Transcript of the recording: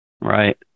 Right